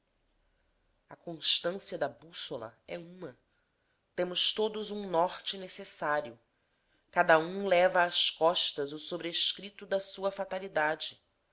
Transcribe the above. a constância da bússola é uma temos todos um norte necessário cada um leva às costas o sobrescrito da sua fatalidade